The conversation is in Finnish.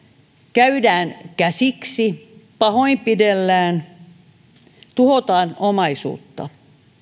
käydään käsiksi pahoinpidellään ja tuhotaan omaisuutta